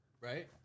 right